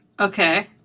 Okay